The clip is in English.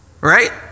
right